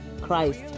Christ